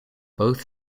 both